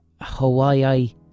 Hawaii